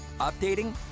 updating